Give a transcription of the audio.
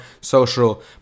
social